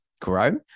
grow